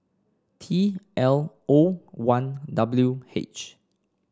T L O one W H